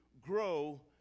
grow